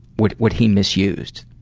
what what he misused.